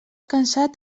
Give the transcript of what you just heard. cansat